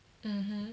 mmhmm